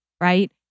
right